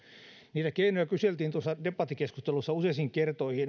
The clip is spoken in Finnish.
niitä keinoja kyseltiin tuossa debattikeskustelussa useaan kertaan